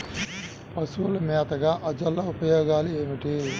పశువుల మేతగా అజొల్ల ఉపయోగాలు ఏమిటి?